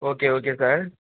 okay okay sir